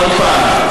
עוד פעם,